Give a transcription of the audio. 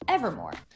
Evermore